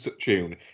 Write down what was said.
tune